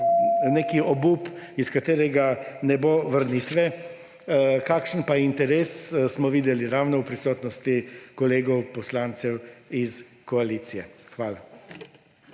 nek obup, iz katerega ne bo vrnitve. Kakšen je pa interes, smo videli ravno v prisotnosti kolegov poslancev iz koalicije. Hvala.